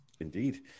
Indeed